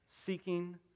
seeking